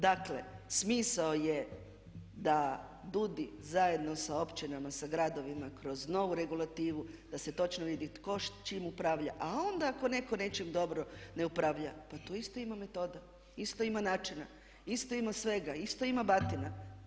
Dakle smisao je da DUDI zajedno sa općinama, sa gradovima kroz novu regulativu da se točno vidi tko s čime upravlja a onda ako netko nečim dobro ne upravlja pa tu isto ima metoda, isto ima načina, isto ima svega, isto ima batina.